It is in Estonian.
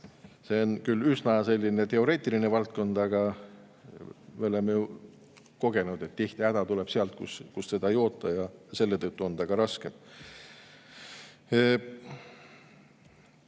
See on küll üsna teoreetiline valdkond, aga me oleme ju kogenud, et tihti tuleb häda sealt, kust seda ei oota, ja selle tõttu on see ka raske.